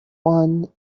one